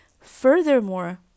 Furthermore